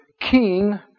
king